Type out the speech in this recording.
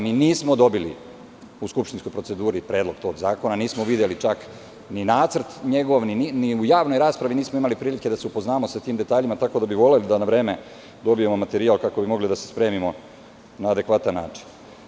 Mi nismo dobili u skupštinskoj proceduri predlog tog zakona, nismo videli čak ni nacrt njegov, ni u javnoj raspravi nismo imali prilike da se upoznamo sa tim detaljima, tako da bih voleo da na vreme dobijemo materijal, kako bismo mogli da se spremimo na adekvatan način.